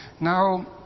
Now